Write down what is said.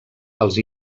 als